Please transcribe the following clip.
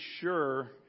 sure